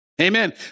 Amen